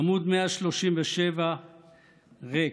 עמ' 137 ריק.